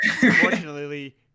unfortunately